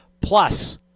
Plus